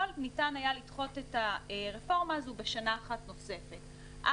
ניתן היה לדחות את הרפורמה הזאת בסך הכול בשנה אחת נוספת,